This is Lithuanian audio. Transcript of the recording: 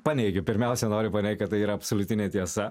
paneigiu pirmiausia noriu paneigt kad tai yra absoliuti netiesa